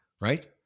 right